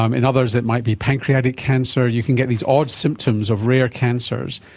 um in others it might be pancreatic cancer. you can get these odd symptoms of rare cancers.